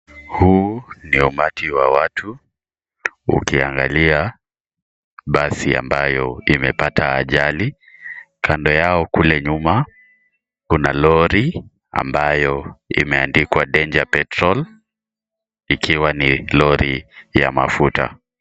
Huu ni umati wa watu ukiangalia basi ambayo imepata ajali, kando yao kule nyuma kuna lori ambayo imeandikwa danger petrol ikiwa ni lori ya mafuta.